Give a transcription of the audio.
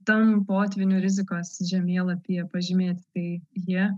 ten potvynių rizikos žemėlapyje pažymėti tai jie